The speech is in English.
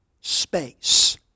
space